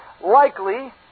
likely